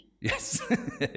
Yes